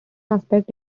aspect